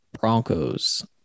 Broncos